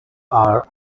are